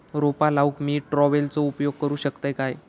रोपा लाऊक मी ट्रावेलचो उपयोग करू शकतय काय?